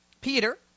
Peter